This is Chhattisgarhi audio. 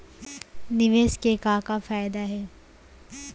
निवेश के का का फयादा हे?